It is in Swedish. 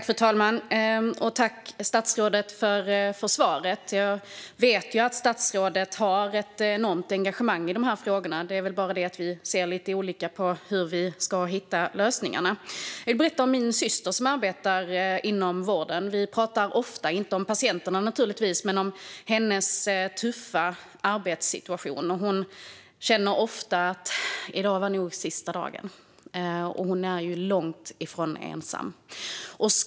Fru talman! Tack, statsrådet, för svaret! Jag vet att statsrådet har ett enormt engagemang i dessa frågor. Det är väl bara det att vi ser lite olika på hur vi ska hitta lösningarna. Jag vill berätta om min syster som arbetar inom vården. Vi pratar ofta om hennes tuffa arbetssituation, men naturligtvis inte om patienterna. Hon känner ofta: I dag var nog sista dagen. Och hon är långt ifrån ensam om att känna så.